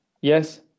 Yes